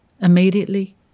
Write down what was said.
immediately